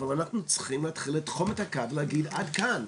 אבל אנחנו צריכים להתחיל לתחום את הקו ולהגיד עד כאן.